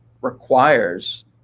requires